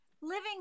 living